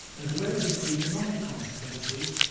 as well as its economic consequences,